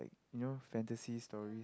you know fantasy story